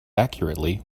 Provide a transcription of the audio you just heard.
accurately